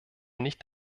nicht